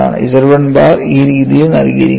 Z1 bar ഈ രീതിയിൽ നൽകിയിരിക്കുന്നു